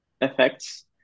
effects